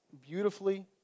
beautifully